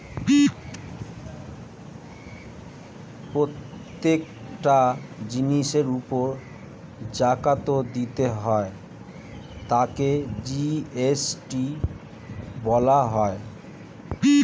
প্রত্যেকটা জিনিসের উপর জাকাত দিতে হয় তাকে জি.এস.টি বলা হয়